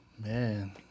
Man